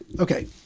okay